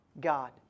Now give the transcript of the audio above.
God